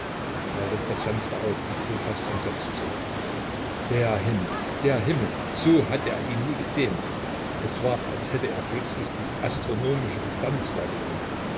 er riß das fenster auf und fuhr fast entsetzt zurück der himmel der himmel so hatte er ihn nie gesehen es war als hätte er plötzlich die astronomische distanz wahrgenommen